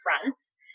fronts